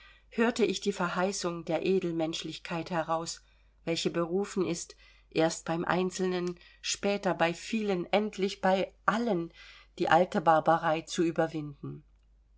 hörte ich die verheißung der edelmenschlichkeit heraus welche berufen ist erst bei einzelnen später bei vielen endlich bei allen die alte barbarei zu überwinden